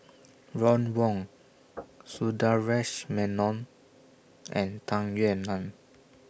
Ron Wong Sundaresh Menon and Tung Yue Nang